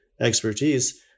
expertise